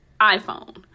iPhone